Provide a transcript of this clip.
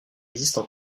existent